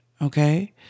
Okay